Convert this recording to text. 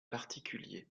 particuliers